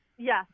Yes